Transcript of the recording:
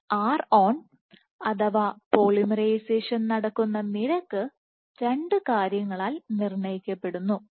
ഈ ron അഥവാ polymerisation നടക്കുന്ന നിരക്ക് രണ്ട് കാര്യങ്ങളാൽ നിർണ്ണയിക്കപ്പെടുന്നു